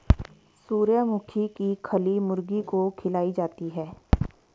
सूर्यमुखी की खली मुर्गी को खिलाई जाती है